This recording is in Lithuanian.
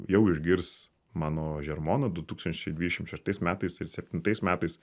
jau išgirs mano žermono du tūkstančiai dvidešimt šeštais metais ir septintais metais